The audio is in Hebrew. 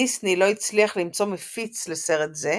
דיסני לא הצליח למצוא מפיץ לסרט זה,